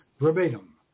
verbatim